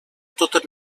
totes